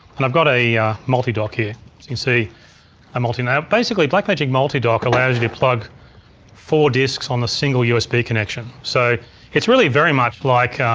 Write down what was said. and i've got a multidock here as you can see a multi. now basically blackmagic multidock allows you to plug four disks on a single usb connection. so it's really very much like,